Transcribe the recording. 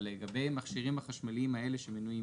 אבל לגבי המכשירים החשמליים האלה שמנויים